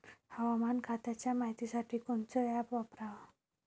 हवामान खात्याच्या मायतीसाठी कोनचं ॲप वापराव?